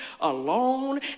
alone